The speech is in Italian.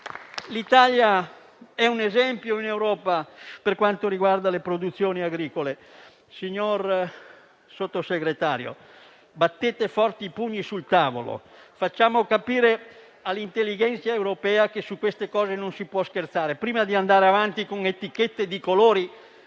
L'Italia è un esempio in Europa per quanto riguarda le produzioni agricole. Signor Sottosegretario, battete forte i pugni sul tavolo; facciamo capire all'intellighenzia europea che su queste cose non si può scherzare prima di andare avanti con etichette a colori.